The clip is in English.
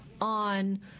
on